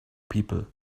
people